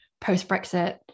post-Brexit